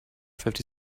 fifty